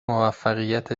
موفقیت